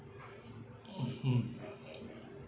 mmhmm